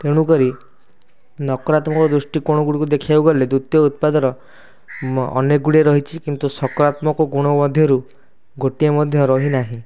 ତେଣୁ କରି ନକାରାତ୍ମକ ଦୃଷ୍ଟିକୋଣ ଗୁଡ଼ିକୁ ଦେଖିବାକୁ ଗଲେ ଦ୍ୱିତୀୟ ଉତ୍ପାଦର ଅନେକଗୁଡ଼ିଏ ରହିଛି କିନ୍ତୁ ସକାରାତ୍ମକ ଗୁଣ ମଧ୍ୟରୁ ଗୋଟିଏ ମଧ୍ୟ ରହି ନାହିଁ